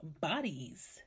bodies